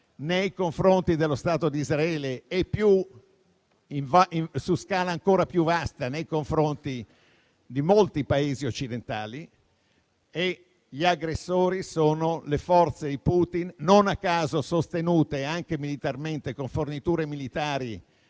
nei confronti dello Stato di Israele e, su scala ancora più vasta, nei confronti di molti Paesi occidentali. Gli aggressori sono le forze come quella di Putin, non a caso sostenute anche militarmente con forniture militari